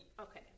Okay